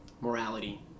morality